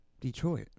Detroit